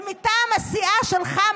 ומטעם הסיעה שלך,